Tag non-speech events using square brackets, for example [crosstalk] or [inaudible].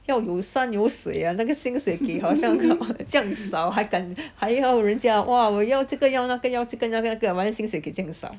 要有山有水啊那个薪水给好像 [noise] 这样少还要人家我要这个要那个要这个要那个 but then 薪水给这样少